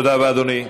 תודה רבה, אדוני.